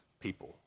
people